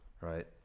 right